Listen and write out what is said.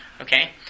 Okay